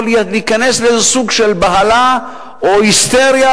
להיכנס לאיזה סוג של בהלה או היסטריה,